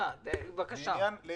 החישוב